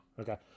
Okay